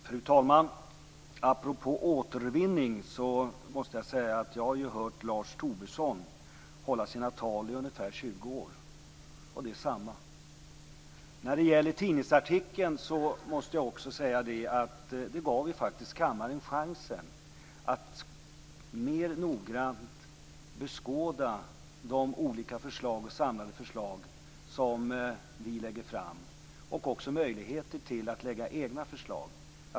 Fru talman! Apropå återvinning måste jag säga att jag har hört Lars Tobisson hålla sina tal i ungefär 20 år, och det är samma tal. När det gäller tidningsartikeln måste jag också säga att den gav kammaren chansen att mer noggrant beskåda de olika, samlade förslag som vi lägger fram och också möjligheten att lägga fram egna förslag.